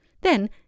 Then